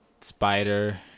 Spider